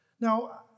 Now